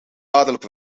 dadelijk